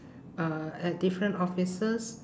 uh at different offices